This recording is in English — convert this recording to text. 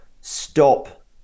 stop